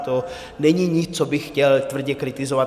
To není nic, co bych chtěl tvrdě kritizovat.